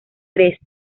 tres